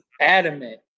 adamant